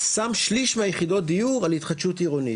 התוכנית שמה שליש מיחידות הדיור על התחדשות עירונית.